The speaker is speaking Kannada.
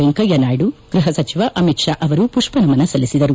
ವೆಂಕಯ್ನನಾಯ್ತು ಗೃಹ ಸಚಿವ ಅಮಿತ್ ಶಾ ಅವರು ಮಷ್ಷ ನಮನ ಸಲ್ಲಿಸಿದರು